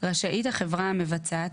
רשאית החברה המבצעת,